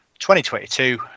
2022